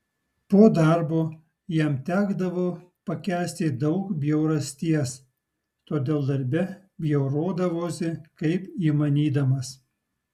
po darbo jam tekdavo pakęsti daug bjaurasties todėl darbe bjaurodavosi kaip įmanydamas